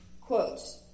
quote